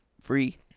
Free